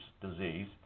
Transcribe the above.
disease